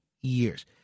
years